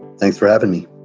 thanks for having me.